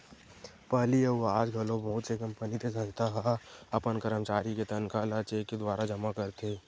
पहिली अउ आज घलो बहुत से कंपनी ते संस्था ह अपन करमचारी के तनखा ल चेक के दुवारा जमा करथे